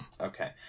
Okay